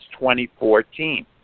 2014